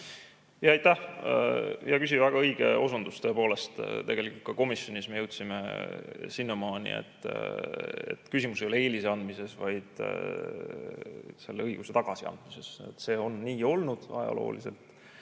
Aitäh, hea küsija! Väga õige osundus, tõepoolest. Tegelikult ka komisjonis me jõudsime sinnamaani, et küsimus ei ole eelise andmises, vaid selle õiguse tagasiandmises. See on nii olnud ajalooliselt,